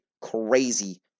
crazy